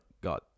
God